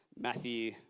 Matthew